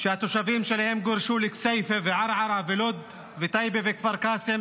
והתושבים גורשו לכסייפה וערערה ולוד וטייבה וכפר קאסם